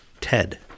Ted